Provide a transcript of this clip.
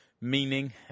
Meaning